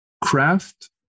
craft